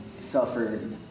suffered